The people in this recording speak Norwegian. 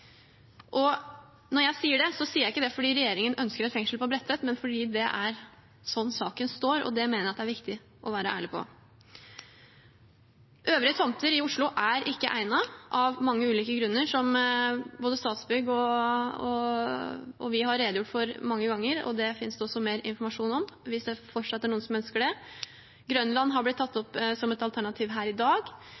Når jeg sier det, sier jeg det ikke fordi regjeringen ønsker et fengsel på Bredtvet, men fordi det er sånn saken står. Det mener jeg det er viktig å være ærlig på. Øvrige tomter i Oslo er ikke egnet av mange ulike grunner, som både Statsbygg og vi har redegjort for mange ganger. Det finnes det også mer informasjon om hvis det fortsatt er noen som ønsker det. Grønland har blitt tatt